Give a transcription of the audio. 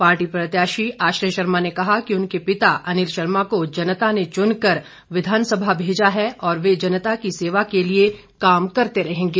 party प्रत्याशी आश्रय शर्मा ने कहा कि उनके पिता अनिल शर्मा को जनता ने चुनकर विधानसभा भेजा है और वे जनता की सेवा के लिए काम करते रहेंगे